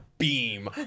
Beam